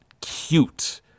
cute